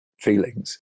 feelings